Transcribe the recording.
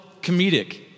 comedic